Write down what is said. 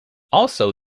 also